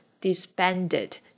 disbanded